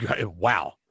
Wow